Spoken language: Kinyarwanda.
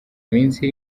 minsi